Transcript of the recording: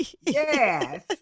Yes